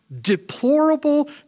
deplorable